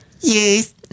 Yes